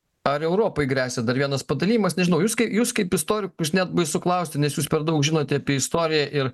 ar europai gresia dar vienas padalijimas nežinau jūs kaip jūs kaip istorikų net baisu klausti nes jūs per daug žinote apie istoriją ir